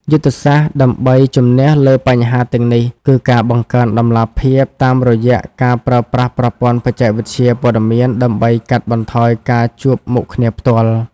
យុទ្ធសាស្ត្រដើម្បីជំនះលើបញ្ហាទាំងនេះ គឺការបង្កើនតម្លាភាពតាមរយៈការប្រើប្រាស់ប្រព័ន្ធបច្ចេកវិទ្យាព័ត៌មានដើម្បីកាត់បន្ថយការជួបមុខគ្នាផ្ទាល់។